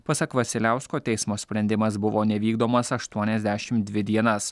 pasak vasiliausko teismo sprendimas buvo nevykdomas aštuoniasdešimt dvi dienas